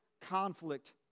conflict